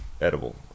Edible